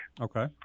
Okay